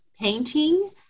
painting